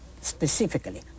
specifically